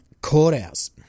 courthouse